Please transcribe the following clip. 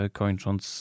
kończąc